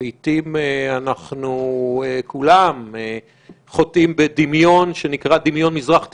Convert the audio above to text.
לעיתים אנחנו כולם חוטאים בדמיון שנקרא "דמיון מזרח תיכוני"